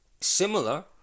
similar